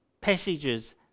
passages